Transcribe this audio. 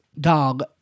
dog